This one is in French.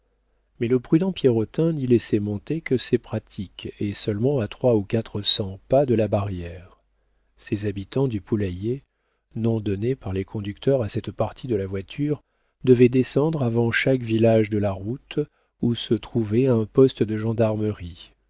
mais le prudent pierrotin n'y laissait monter que ses pratiques et seulement à trois ou quatre cents pas de la barrière ces habitants du poulailler nom donné par les conducteurs à cette partie de la voiture devaient descendre avant chaque village de la route où se trouvait un poste de gendarmerie